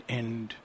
end